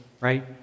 Right